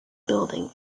building